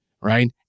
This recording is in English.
right